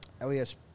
Elias